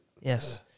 Yes